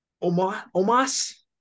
Omas